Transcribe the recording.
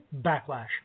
backlash